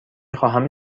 خواهم